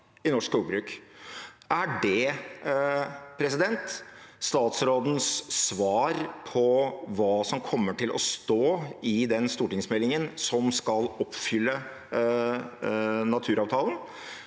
i norsk skogbruk. Er det statsrådens svar på hva som kommer til å stå i den stortingsmeldingen som skal oppfylle naturavtalen?